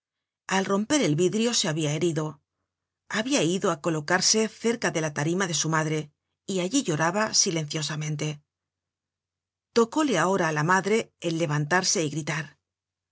al romper el vidrio se habia herido habia ido á colocarse cerca de la tarima de su madre y allí lloraba silenciosamente tocóle ahora á la madre el levantarse y gritar